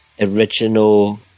original